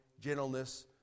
gentleness